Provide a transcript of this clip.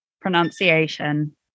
pronunciation